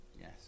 Yes